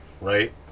right